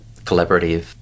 collaborative